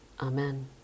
Amen